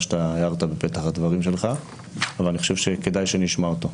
שהערת בפתח דבריך וחושב שכדאי שנשמע אותו.